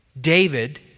david